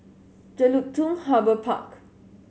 Jelutung Harbour Park